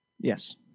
Yes